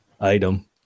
Item